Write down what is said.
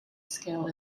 scale